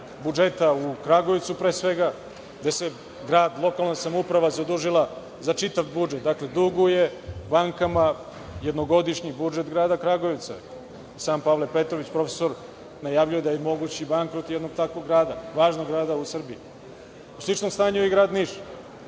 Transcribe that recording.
budžeta u Kragujevcu, pre svega, da se grad, lokalna samouprava zadužila za čitav budžet. Dakle, duguje bankama jednogodišnji budžet Grada Kragujevca. Sam prof. Pavle Petrović najavljuje da je moguć i bankrot jednog takvog grada, važnog grada u Srbiji.U sličnom stanju je Grad Niš.